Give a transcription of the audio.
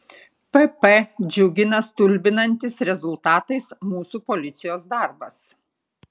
pp džiugina stulbinantis rezultatais mūsų policijos darbas